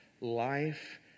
Life